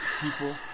people